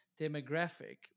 demographic